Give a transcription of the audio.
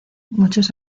muchos